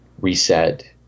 reset